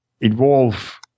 involve